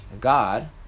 God